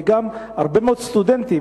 וגם הרבה מאוד סטודנטים,